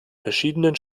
verschiedenen